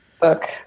book